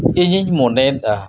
ᱤᱧᱤᱧ ᱢᱚᱱᱮᱭᱫᱟ